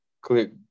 click